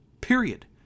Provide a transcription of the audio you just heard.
period